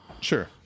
Sure